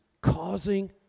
causing